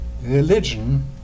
Religion